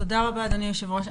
תודה רבה אדוני היושב-ראש,